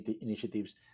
initiatives